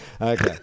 Okay